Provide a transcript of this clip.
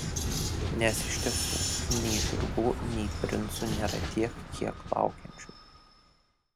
nes iš tiesų nei žirgų nei princų nėra tiek kiek laukiančių